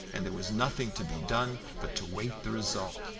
and there was nothing to be done but to wait the result.